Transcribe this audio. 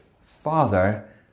father